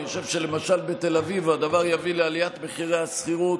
אני חושב שלמשל בתל אביב הדבר יביא לעליית מחירי השכירות